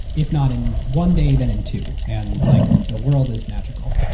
if not in one day then in two and like the world is magical.